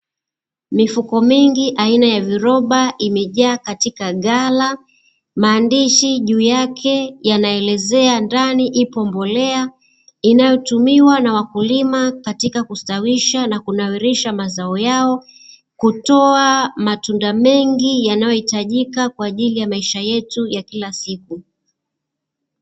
Mifuko mingi aina ya viroba imejaa katika gala, maandishi juu yake yanaelezea ndani iko mbolea, inayotumiwa na wakulima katika kustawisha na kunawirisha mazao yao, kutoa matunda mengi yanayohitajika kwa ajili ya maisha yetu ya kila siku.